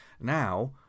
Now